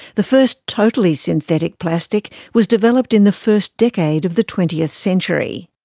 the first totally synthetic plastic was developed in the first decade of the twentieth century.